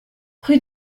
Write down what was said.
rue